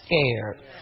scared